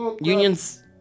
unions